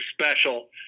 special